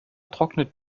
trocknet